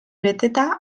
beteta